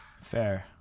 Fair